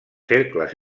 cercles